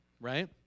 right